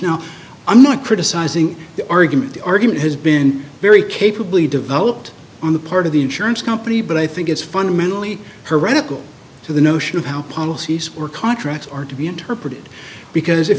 now i'm not criticizing the argument the argument has been very capably developed on the part of the insurance company but i think it's fundamentally heretical to the notion of how policies were contracts are to be interpreted because if